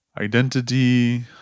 identity